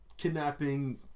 kidnapping